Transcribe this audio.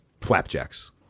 flapjacks